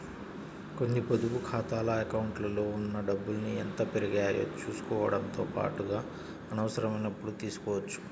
కొన్ని పొదుపు ఖాతాల అకౌంట్లలో ఉన్న డబ్బుల్ని ఎంత పెరిగాయో చూసుకోవడంతో పాటుగా అవసరమైనప్పుడు తీసుకోవచ్చు